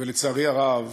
ולצערי הרב,